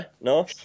No